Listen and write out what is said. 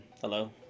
hello